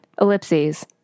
ellipses